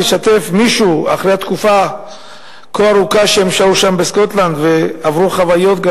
לשתף מישהו אחרי התקופה הכה ארוכה שהם שהו שם בסקוטלנד וגם עברו חוויות.